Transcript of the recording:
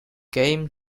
game